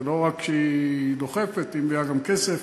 זה לא רק שהיא דוחפת, היא מביאה גם כסף.